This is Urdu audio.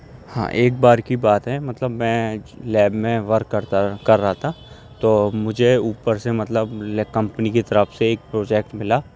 ہاں ایک بار کی بات ہے مطلب میں لیب میں ورک کرتا کر رہا تھا تو مجھے اوپر سے مطلب کمپنی کی طرف سے ایک پروجیکٹ ملا